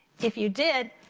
if you did,